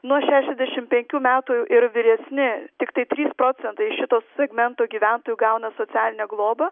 nuo šešiasdešim penkių metų ir vyresni tiktai trys procentai šito segmento gyventojų gauna socialinę globą